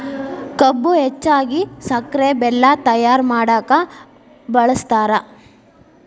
ಕಬ್ಬು ಹೆಚ್ಚಾಗಿ ಸಕ್ರೆ ಬೆಲ್ಲ ತಯ್ಯಾರ ಮಾಡಕ ಬಳ್ಸತಾರ